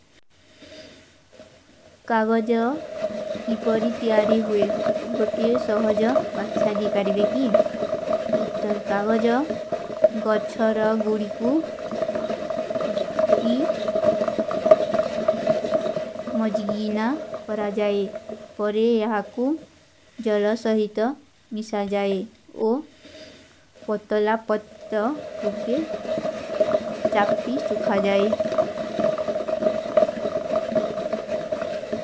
କାଗଜ ଇପରୀ ତିଯାରୀ ହୁଏ। ଗଟିଯେ ସହଜ ବାକ୍ଚ୍ଯା ଦୀ ପାଡୀ ବେକୀ। ଉତ୍ତର କାଗଜ ଗଚ୍ଛର ଗୁରୀ କୂ ପିତୀ ମଜଗୀନା ପରା ଜାଏ। ପରେ ଯହାକୂ ଜଲ ସହୀତ ମିଶା ଜାଏ। ଓ ପତଲା ପତ୍ତ ରୂପେ ଚାପୀ ସୁଖା ଜାଏ।